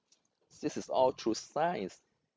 this is all through science